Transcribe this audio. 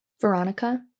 veronica